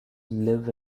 live